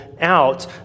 out